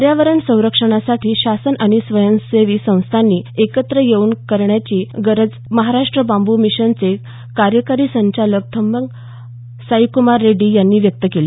पर्यावरण संरक्षणासाठी शासन आणि स्वयंसेवी संस्थांनी एकत्रित काम करण्याची गरज महाराष्ट्र बांबू मिशनचे कार्यकारी संचालक थंगम साईक्मार रेड्डी यांनी व्यक्त केली